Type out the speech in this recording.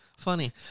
funny